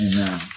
Amen